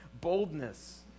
boldness